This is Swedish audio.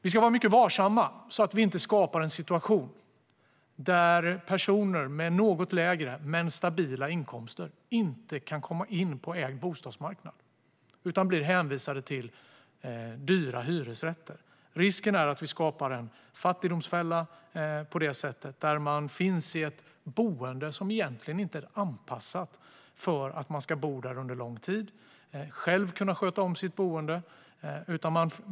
Vi ska vara varsamma så att vi inte skapar en situation där personer med något lägre men stabila inkomster inte kan komma in på ägd bostadsmarknad utan blir hänvisade till dyra hyresrätter. Risken är att vi skapar en fattigdomsfälla där man finns i ett boende som inte är anpassat för att man ska bo där under lång tid och själv kunna sköta om sitt boende.